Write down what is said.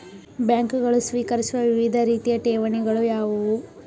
ಬ್ಯಾಂಕುಗಳು ಸ್ವೀಕರಿಸುವ ವಿವಿಧ ರೀತಿಯ ಠೇವಣಿಗಳು ಯಾವುವು?